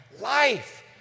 life